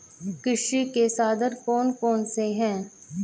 कृषि के साधन कौन कौन से हैं?